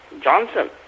Johnson